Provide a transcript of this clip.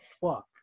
fuck